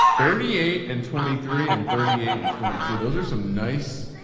thirty eight and twenty three and thirty eight and twenty two. those are some nice,